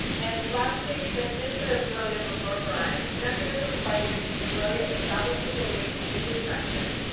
and lastly, transmission of borrelia burgdorferi mechanisms by which borrelia establishes and maintains infection,